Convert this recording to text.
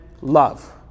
love